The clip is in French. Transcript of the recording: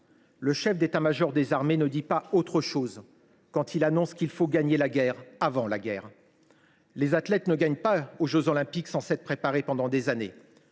Le chef d’état major des armées ne dit pas autre chose quand il annonce qu’il faut « gagner la guerre avant la guerre ». Les athlètes ne gagnent pas aux jeux Olympiques sans s’être préparés pendant des années.